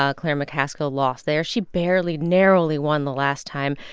ah claire mccaskill lost there. she barely, narrowly won the last time,